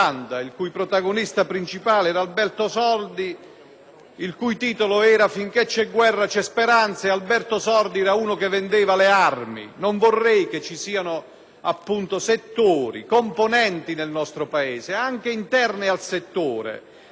il cui titolo è «Finché c'è guerra c'è speranza», e nel film Alberto Sordi era uno che vendeva le armi. Non vorrei che ci fossero settori, componenti del nostro Paese, anche interne al settore, senza necessariamente avere una connotazione politica, che